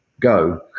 go